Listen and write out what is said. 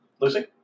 Lucy